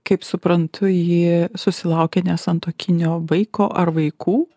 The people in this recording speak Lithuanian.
kaip suprantu jį susilaukė nesantuokinio vaiko ar vaikų